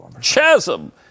chasm